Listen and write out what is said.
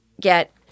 Get